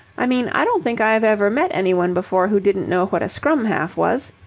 i mean, i don't think i've ever met anyone before who didn't know what a scrum-half was.